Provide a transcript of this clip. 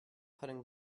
putting